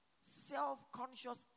Self-conscious